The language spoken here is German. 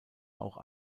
auch